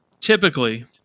Typically